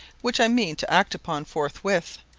which i mean to act upon forthwith.